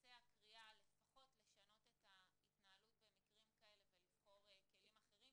תצא הקריאה לפחות לשנות את ההתנהלות במקרים כאלה ולבחור כלים אחרים.